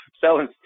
Selling